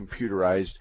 computerized